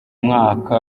umwaka